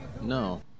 No